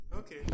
okay